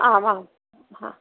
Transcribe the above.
आमां हा